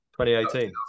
2018